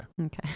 Okay